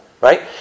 Right